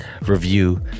Review